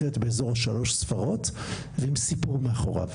להיות באזור השלוש ספרות ועם סיפור מאחוריו.